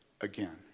again